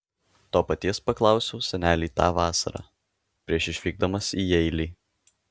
to paties paklausiau senelį tą vasarą prieš išvykdamas į jeilį